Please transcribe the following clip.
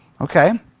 Okay